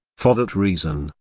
for that reason,